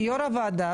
כיו"ר הוועדה,